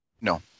No